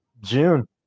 june